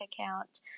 account